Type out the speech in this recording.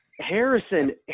Harrison